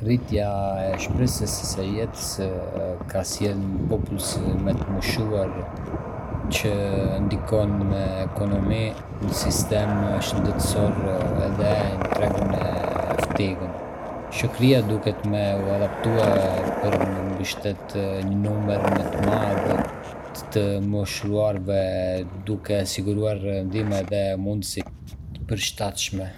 Rritja e shpresës së jetës ka sjellë një popullsi më të moshuar, që ndikon në ekonomi, në sistem shëndetësor edhe në tregun e pftihën. Shoqëria duhet me u adaptue për me mbështetë një numër më të madh të të moshuarve, duke siguruar ndihmë edhe mundësi të përshtatshme.